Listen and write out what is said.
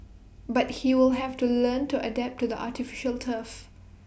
but he will have to learn to adapt to the artificial turf